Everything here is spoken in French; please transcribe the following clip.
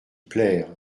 plaire